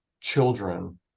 children